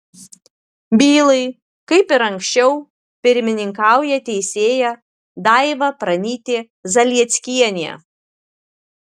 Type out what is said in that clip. bylai kaip ir anksčiau pirmininkauja teisėja daiva pranytė zalieckienė